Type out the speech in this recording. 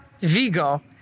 Vigo